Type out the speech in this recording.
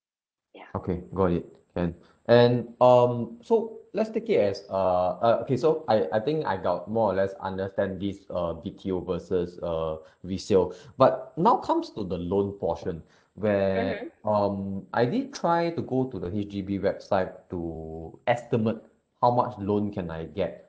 okay go ahead can and um so let's take it as uh uh okay so I I think I got more or less understand this uh B_T_O versus uh resale but now comes to the loan portion where um I did try to go to the H_D_B website to estimate how much loan can I get